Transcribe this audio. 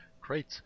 great